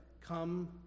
come